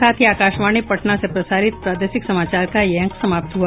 इसके साथ ही आकाशवाणी पटना से प्रसारित प्रादेशिक समाचार का ये अंक समाप्त हुआ